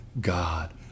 god